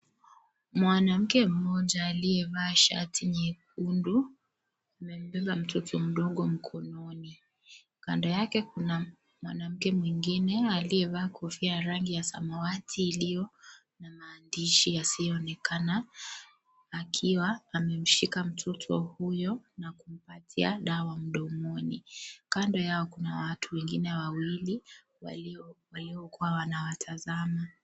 Mwanamke mmoja aliyevaa shati nyekundu. Amembeba mtoto mdogo mkononi. Kando yake kuna mwanamke mwingine aliyevaa kofia ya rangi ya samawati iliyo na maandishi yasiyoonekana. Akiwa amemshika mtoto huyo na kumpatia dawa mdomoni. Kando yao kuna watu wengine wawili waliokuwa wanawatazama.